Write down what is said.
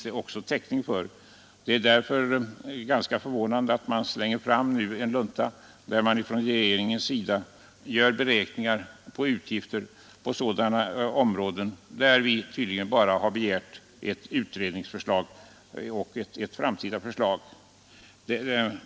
Det är därför ganska förvånande att regeringen nu slänger fram en lunta innehållande beräkningar av utgifter på sådana områden där vi uppenbart endast begärt en utredning och ett framtida förslag.